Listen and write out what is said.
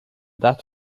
that